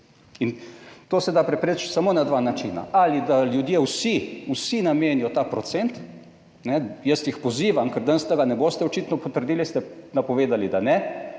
in to se da preprečiti samo na dva načina, ali da ljudje vsi, vsi namenijo ta procenti, jaz jih pozivam, ker danes tega ne boste očitno potrdili, ste napovedali, da ne,